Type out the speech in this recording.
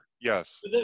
yes